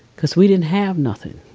cause we didn't have nothin.